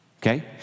Okay